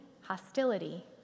hostility